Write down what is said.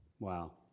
Wow